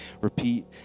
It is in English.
repeat